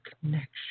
connection